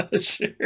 sure